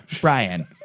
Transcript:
Brian